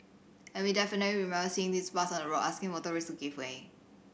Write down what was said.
and we definitely remember seeing this bus on the road asking motorists to give way